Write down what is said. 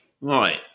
Right